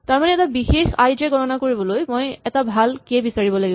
তাৰমানে এটা বিশেষ আই জে গণনা কৰিবলৈ মই এটা ভাল কে বিচাৰিব লাগিব